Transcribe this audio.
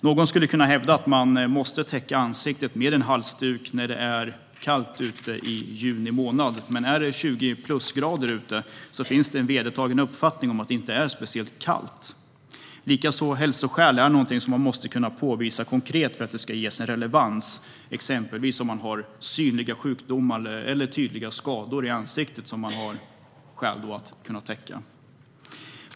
Man kan hävda att man måste täcka ansiktet med en halsduk när det är kallt ute i juni månad, men är det 20 plusgrader ute är den vedertagna uppfattningen att det inte är speciellt kallt. Hälsoskäl måste man kunna påvisa konkret för att det ska ges relevans, exempelvis om man har synliga sjukdomar eller tydliga skador i ansiktet som man har skäl att täcka.